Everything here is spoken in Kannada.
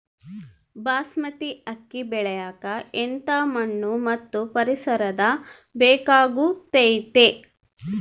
ಬಾಸ್ಮತಿ ಅಕ್ಕಿ ಬೆಳಿಯಕ ಎಂಥ ಮಣ್ಣು ಮತ್ತು ಪರಿಸರದ ಬೇಕಾಗುತೈತೆ?